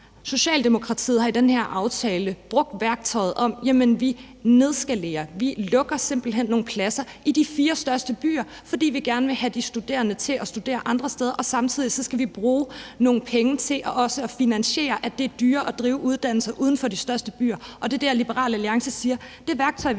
Socialdemokratiet har i den her aftale brugt værktøjet om, at vi får nedskaleret, at vi simpelt hen lukker nogle pladser i de fire største byer, fordi vi gerne vil have de studerende til at studere andre steder, og samtidig skal vi bruge nogle penge til også at finansiere, at det er dyrere at drive uddannelser uden for de største byer. Og det er der, Liberal Alliance siger: Det værktøj vil